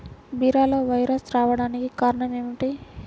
బీరలో వైరస్ రావడానికి కారణం ఏమిటి?